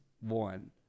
one